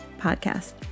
Podcast